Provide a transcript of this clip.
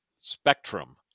Spectrum